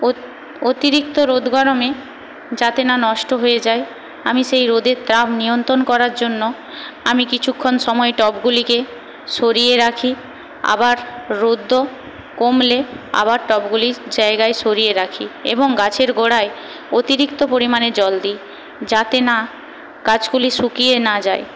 অতি অতিরিক্ত রোদ গরমে যাতে না নষ্ট হয়ে যায় আমি সেই রোদের তাপ নিয়ন্ত্রণ করার জন্য আমি কিছুক্ষণ সময় টবগুলিকে সরিয়ে রাখি আবার রৌদ্র কমলে আবার টবগুলি জায়গায় সরিয়ে রাখি এবং গাছের গোড়ায় অতিরিক্ত পরিমাণে জল দি যাতে না গাছগুলি শুকিয়ে না যায়